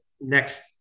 next